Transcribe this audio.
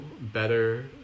better